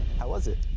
how was it?